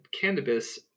cannabis